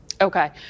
Okay